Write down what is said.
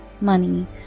money